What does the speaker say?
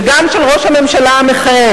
וגם של ראש הממשלה המכהן,